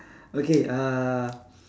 okay uh